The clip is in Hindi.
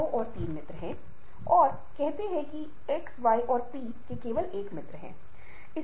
मान लीजिए मैं किसी विशेष व्यक्ति को नापसंद करता हूं मेरी पसंद और नापसंद मेरा भावनात्मक हिस्सा है